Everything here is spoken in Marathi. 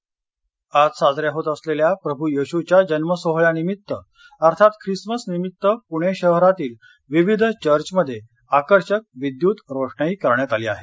नाताळ आज साजऱ्या होत असलेल्या प्रभूयेशूच्या जन्मसोहळ्यानिमित्त अर्थात ख्रिसमस निमित्त पूणे शहरातील विविध चर्चमध्ये आकर्षक विद्युत रोषणाई करण्यात आली आहे